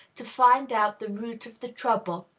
to find out the root of the trouble.